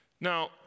Now